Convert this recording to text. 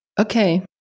Okay